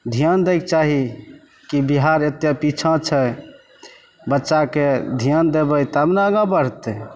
धिआन दै कऽ चाही कि बिहार एतेक पीछाँ छै बच्चाके धिआन देबै तब ने आगाँ बढ़तै